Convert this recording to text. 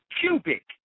Cubic